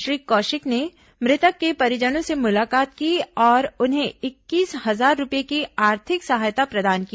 श्री कौशिक ने मृतक के परिजनों से मुलाकात की और उन्हें इक्कीस हजार रूपये की आर्थिक सहायता प्रदान की